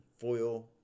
foil